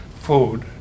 food